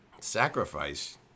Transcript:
sacrifice